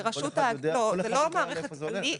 כל אחד יודע לאיפה זה הולך?